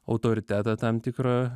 autoritetą tam tikrą